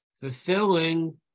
fulfilling